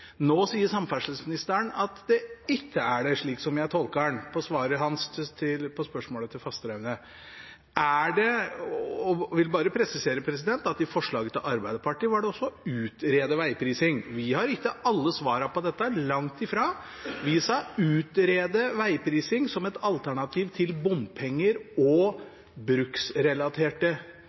Nå sier samferdselsministeren at det ikke er det, slik som jeg tolker ham ut fra svaret på spørsmålet fra Fasteraune. Jeg vil bare presisere at i forslaget til Arbeiderpartiet sto det også å «utrede vegprising». Vi har ikke alle svarene på dette, langt ifra – vi sa «utrede vegprising» som et alternativ til bompenger og bruksrelaterte